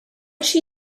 she